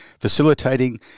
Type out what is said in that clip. facilitating